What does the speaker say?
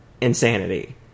Insanity